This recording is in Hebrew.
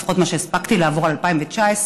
ולפחות מה שהספקתי לעבור על 2019,